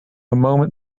moment